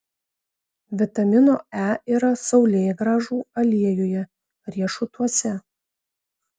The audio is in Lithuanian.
vitamino e yra saulėgrąžų aliejuje riešutuose